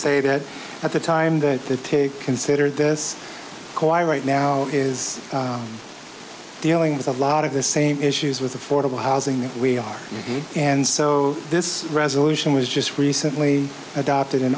say that at the time that it takes consider this quiet right now is dealing with a lot of the same issues with affordable housing that we are and so this resolution was just recently adopted in